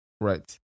Right